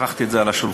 שכחתי את זה על השולחן.